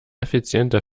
effizienter